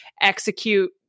execute